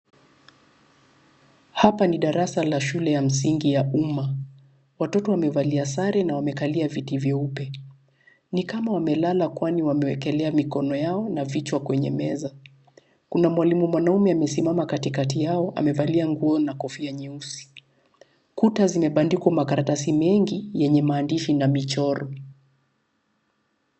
Hapa ni darasa la shule ya msingi ya umma. Watoto wamevalia sare na wamekalia viti vyeupe, ni kama wamelala kwani wamewekelea mikono yao na vichwa kwenye meza. Kuna mwalimu mwanaume amesimama katikati yao, amevalia nguo na kofia nyeusi. Kuta zimebandikwa makaratasi mengi yenye maandishi na michoro.